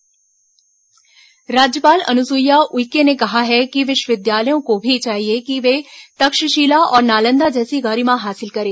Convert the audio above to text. राज्यपाल कुलपति सम्मेलन राज्यपाल अनुसुईया उइके ने कहा है कि विश्वविद्यालयों को भी चाहिए कि वे तक्षशिला और नालंदा जैसी गरिमा हासिल करें